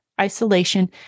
isolation